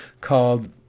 called